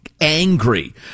Angry